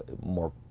more